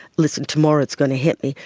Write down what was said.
listen, tomorrow it's going to hit me,